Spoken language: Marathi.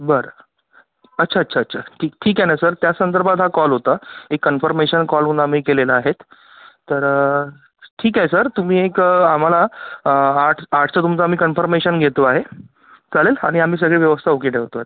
बरं अच्छा अच्छा अच्छा ठीक ठीक आहे ना सर त्यासंदर्भात हा कॉल होता एक कन्फर्मेशन कॉल म्हणून आम्ही केलेला आहेत तर ठीक आहे सर तुम्ही एक आम्हाला आठ आठचं रूमचं आम्ही कन्फर्मेशन घेतो आहे चालेल आणि आम्ही सगळी व्यवस्था ओके ठेवत आहे